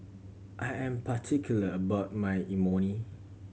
I am particular about my Imoni